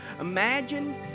imagine